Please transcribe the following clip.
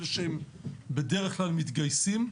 אלה שבדרך כלל מתגייסים,